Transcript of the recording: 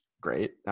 great